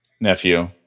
nephew